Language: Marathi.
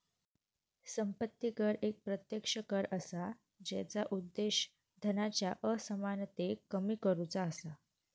संपत्ती कर एक प्रत्यक्ष कर असा जेचा उद्देश धनाच्या असमानतेक कमी करुचा असा